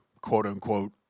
quote-unquote